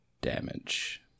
damage